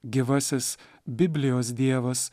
gyvasis biblijos dievas